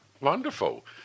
wonderful